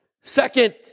Second